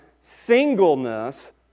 singleness